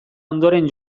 ondoren